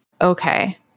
Okay